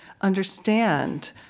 understand